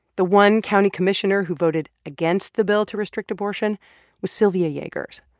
the one county commissioner who voted against the bill to restrict abortion was sylvia yagert.